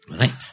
Right